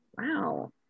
wow